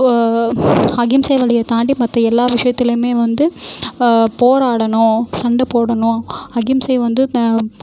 ஓ அஹிம்சை வழியைத் தாண்டி மற்ற எல்லா விஷயத்திலயுமே வந்து போராடணும் சண்டை போடணும் அஹிம்சை வந்து